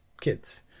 kids